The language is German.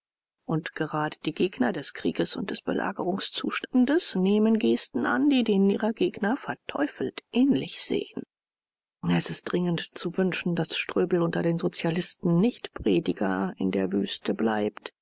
und gerade die gegner des krieges und des belagerungszustandes nehmen gesten an die denen ihrer gegner verteufelt ähnlich sehen es ist dringend zu wünschen daß ströbel unter den sozialisten nicht prediger in der wüste bleibt